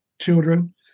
children